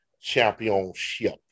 championship